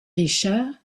richard